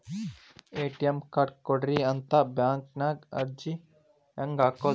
ATM card ಕೊಡ್ರಿ ಅಂತ bank ನ್ಯಾಗ ಅರ್ಜಿ ಹೆಂಗ ಹಾಕೋದು?